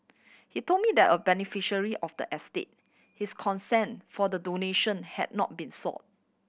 he told me the a beneficiary of the estate his consent for the donation had not been sought